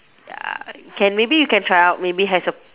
ya can maybe you can try out maybe as a